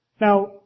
Now